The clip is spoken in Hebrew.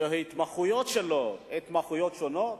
שההתמחויות שלו התמחויות שונות,